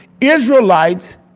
Israelites